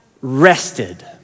rested